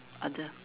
other